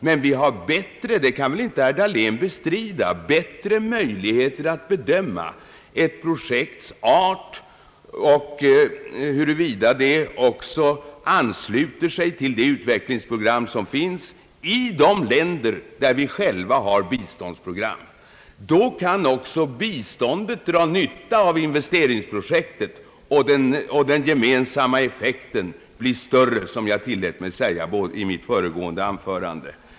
Men vi har bättre möjligheter — det kan väl herr Dahlén inte bestrida — att bedöma ett projekts art och huruvida det också ansluter sig till det utvecklingsprogram som finns i ett land, där vi själva har ett biståndsprogram. Då kan biståndet dra nytta av investeringsprojektet, och den gemensamma effekten blir större, vilket jag tillät mig säga i mitt föregående anförande.